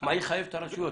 מה יחייב את הרשויות.